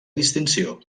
distinció